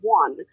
one